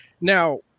Now